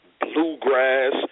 bluegrass